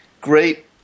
great